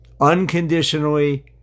unconditionally